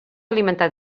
alimentar